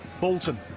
Bolton